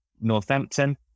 Northampton